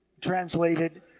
translated